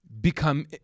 become